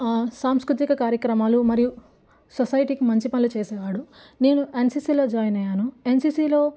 సాంస్కృతిక కార్యక్రమాలు మరియు సొసైటీకి మంచి పనులు చేసేవాడు నేను ఎన్సిసిలో జాయిన్ అయ్యాను ఎన్సిసిలో